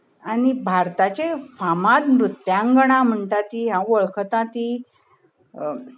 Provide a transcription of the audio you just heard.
आनी भारताचे फामाद नृत्यांगणा म्हणटा ती हांव वळखतां ती